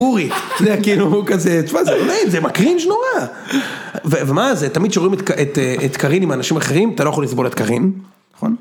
אורי, זה היה כאילו הוא כזה, תשמע, זה לא נעים, זה מקרינג' נורא. ומה, זה תמיד כשרואים את קרין עם אנשים אחרים, אתה לא יכול לסבול את קרין, נכון?